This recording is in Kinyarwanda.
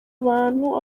abantu